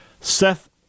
Seth